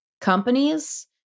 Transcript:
companies